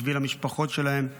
בשביל המשפחות שלהם,